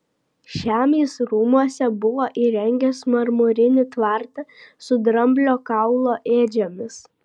šiam jis rūmuose buvo įrengęs marmurinį tvartą su dramblio kaulo ėdžiomis